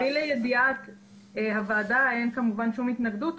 להביא לידיעת הוועדה, אין כמובן שום התנגדות.